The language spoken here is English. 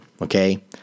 Okay